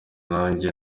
nanjye